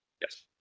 yes